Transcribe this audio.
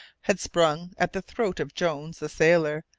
had sprung at the throat of jones, the sailor,